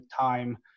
time